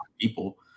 people